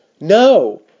No